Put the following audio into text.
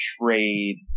trade